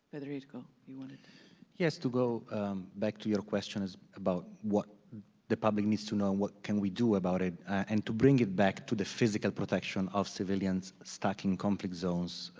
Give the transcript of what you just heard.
federico, you wanted to yes, to go back to your questions about what the public needs to know and what can we do about it, and to bring it back to the physical protection of civilians stuck in conflict zones,